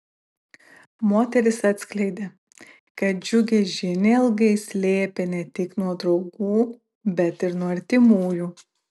moteris atskleidė kad džiugią žinią ilgai slėpė ne tik nuo draugų bet ir nuo artimųjų